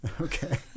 Okay